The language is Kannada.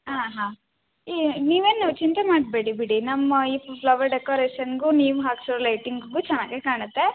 ಹಾಂ ಹಾಂ ಏ ನೀವು ಏನು ಚಿಂತೆ ಮಾಡಬೇಡಿ ಬಿಡಿ ನಮ್ಮ ಈ ಫ್ಲವರ್ ಡೆಕೊರೇಷನ್ಗು ನೀವು ಹಾಕ್ಸೋ ಲೈಟಿಂಗ್ಸಿಗೂ ಚೆನಾಗೆ ಕಾಣತ್ತೆ